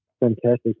fantastic